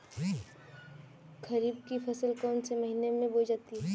खरीफ की फसल कौन से महीने में बोई जाती है?